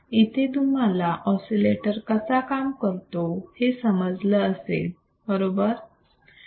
येथे तुम्हाला ऑसिलेटर कसा काम करतो हे समजलं असेल बरोबर